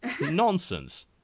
nonsense